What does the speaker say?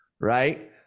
right